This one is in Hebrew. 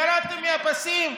ירדתם מהפסים?